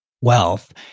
wealth